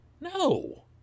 No